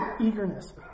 eagerness